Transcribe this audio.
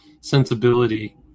sensibility